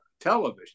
television